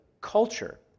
culture